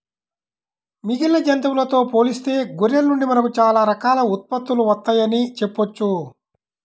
మిగిలిన జంతువులతో పోలిస్తే గొర్రెల నుండి మనకు చాలా రకాల ఉత్పత్తులు వత్తయ్యని చెప్పొచ్చు